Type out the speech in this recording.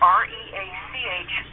r-e-a-c-h